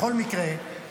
בכל מקרה,